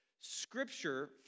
Scripture